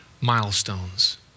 milestones